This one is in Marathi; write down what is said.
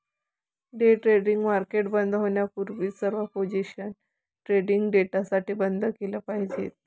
डे ट्रेडिंग मार्केट बंद होण्यापूर्वी सर्व पोझिशन्स ट्रेडिंग डेसाठी बंद केल्या पाहिजेत